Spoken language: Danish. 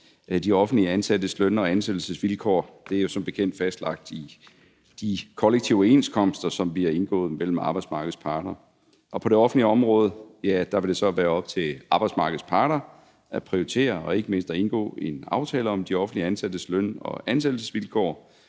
de offentligt ansattes løn- og ansættelsesvilkår som bekendt fastlagt i de kollektive overenskomster, som vi har indgået mellem arbejdsmarkedets parter. På det offentlige område vil det så være op til arbejdsmarkedets parter at prioritere og ikke mindst indgå en aftale om de offentligt ansattes løn- og ansættelsesvilkår